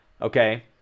okay